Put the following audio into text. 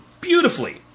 beautifully